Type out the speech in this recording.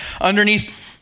underneath